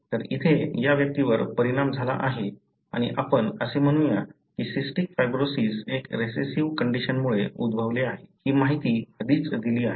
तर इथे या व्यक्तीवर परिणाम झाला आहे आणि आपण असे म्हणूया की सिस्टिक फायब्रोसिस एक रिसेसिव्ह कंडिशनमुळे उद्भवले आहे ही माहिती आधीच दिली आहे